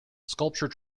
sculpture